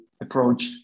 approach